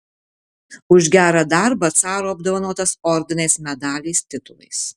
už gerą darbą caro apdovanotas ordinais medaliais titulais